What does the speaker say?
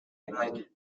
england